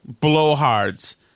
blowhards